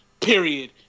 period